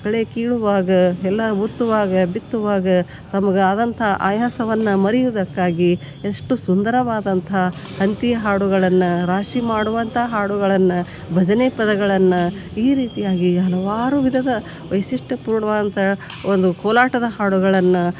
ಕಳೆ ಕೀಳುವಾಗ ಎಲ್ಲಾ ಉತ್ತುವಾಗ ಬಿತ್ತುವಾಗ ತಮ್ಗೆ ಆದಂಥ ಆಯಾಸವನ್ನು ಮರಿಯುದಕ್ಕಾಗಿ ಎಷ್ಟು ಸುಂದರವಾದಂಥ ಹಂತಿ ಹಾಡುಗಳನ್ನು ರಾಶಿ ಮಾಡುವಂಥ ಹಾಡುಗಳನ್ನು ಭಜನೆ ಪದಗಳನ್ನು ಈ ರೀತಿಯಾಗಿ ಹಲವಾರು ವಿಧದ ವೈಶಿಷ್ಟಪೂರ್ಣವಾದಂಥ ಒಂದು ಕೋಲಾಟದ ಹಾಡುಗಳನ್ನು